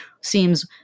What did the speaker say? seems